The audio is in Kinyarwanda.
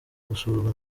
gusurwa